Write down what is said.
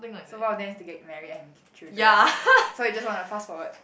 so one of them is to get married and have k~ children so you just want to fast forward